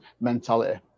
mentality